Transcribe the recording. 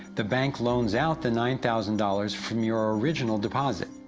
the bank loans out the nine thousand dollars, from your original deposit.